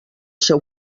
seu